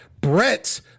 Brett